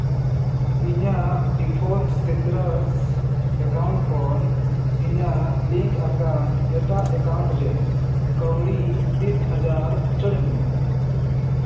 ᱤᱧᱟᱹᱜ ᱰᱤᱯᱷᱚᱞᱴ ᱥᱤᱛᱨᱟᱥ ᱮᱠᱟᱣᱩᱱᱴ ᱠᱷᱚᱱ ᱤᱧᱟᱹᱜ ᱞᱤᱝᱠ ᱟᱠᱟᱱ ᱮᱴᱟᱜ ᱮᱠᱟᱣᱩᱱᱴ ᱨᱮ ᱠᱟᱹᱣᱰᱤ ᱛᱤᱥ ᱦᱟᱡᱟᱨ ᱩᱪᱟᱹᱲ ᱢᱮ